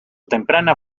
temprana